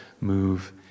move